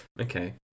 Okay